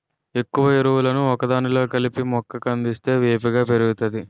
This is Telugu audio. ఎక్కువ ఎరువులను ఒకదానిలో కలిపి మొక్క కందిస్తే వేపుగా పెరుగుతాది